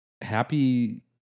Happy